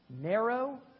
narrow